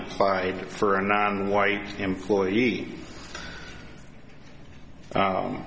applied for a non white employee